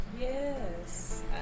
Yes